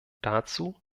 dazu